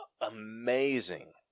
amazing